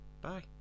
Bye